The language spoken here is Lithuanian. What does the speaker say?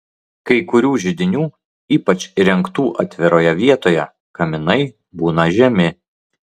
kai kurių židinių ypač įrengtų atviroje vietoje kaminai būna žemi